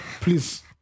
Please